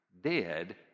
dead